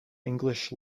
english